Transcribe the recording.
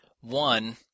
One